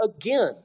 again